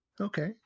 okay